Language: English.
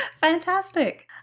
Fantastic